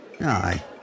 Aye